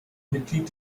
mitglied